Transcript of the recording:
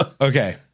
Okay